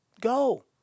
go